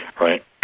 right